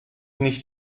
nicht